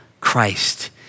Christ